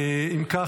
אם כך,